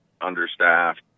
understaffed